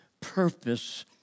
purpose